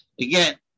Again